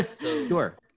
Sure